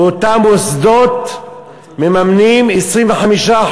ואותם מוסדות מממנים 25%,